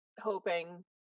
hoping